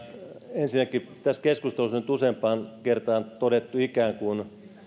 ensinnäkin tässä keskustelussa on nyt useampaan kertaan todettu että ikään kuin